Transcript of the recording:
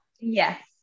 Yes